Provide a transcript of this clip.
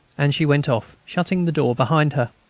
and she went off, shutting the door behind her.